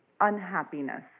unhappiness